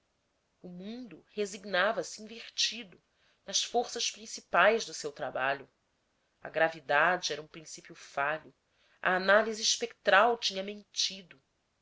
o mundo resignava se invertido nas forças principais do seu trabalho a gravidade era um princípio falho a análise espectral tinha mentido